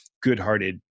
good-hearted